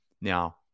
Now